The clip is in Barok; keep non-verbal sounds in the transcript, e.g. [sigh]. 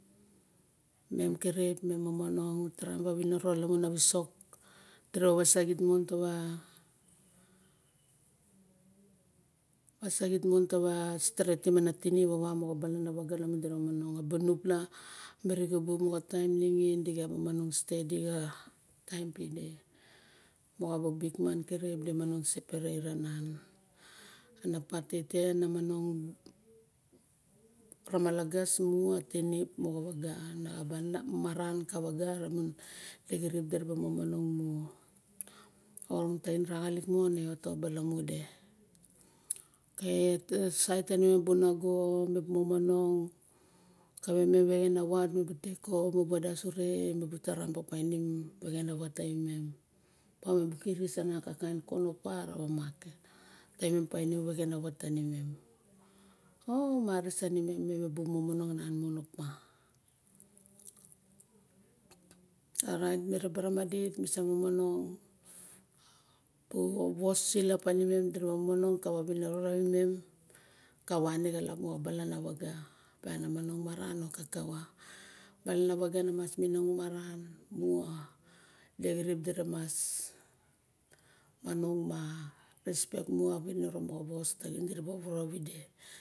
Mem kirip mi momonong mira taraim pawa wowor xa wisok diraba wasaxit mon tawa [hesitation] wasaxit mon tawa steetim an tinip awa moxa balanawaga lamun diraba manong. A bu niupla mer xubu moxa taim ningin. Dixa ba manong stedi xa taim pide. Moxa bu bikman kirip di monong seperate anan. Ana pati te na manong [hesitation] ramalagas mu ana tinip moxa waga. Na axanan maran moxa waga lamun dexirip dira ba manong mu [hesitation] orong taxin mong araxalik mone iot ta balamu de ok sait tanimu bu nago mu buk momonong kawe mu ma wexen a wat mu bu tek op. Mu bu pandas ure mubu taraiat tawa painim pexen a wat tawimem. Opa mubu kirixis anan kana kain koron opa rawa maket. Tawa painim ou maris animem mi momong ananmon opa [hesitation] orait miraba ramadit misa momonong. A was sulap panimem diragga monong kawa winiro rawimem ka wane xilap moxa balana waga. Opiang na manong maran or kakawa balanawaga na ma manong maran. Dicirip diramas manong ma repek mu a winiro xa wos taxin dira wororo rawide.